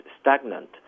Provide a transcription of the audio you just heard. stagnant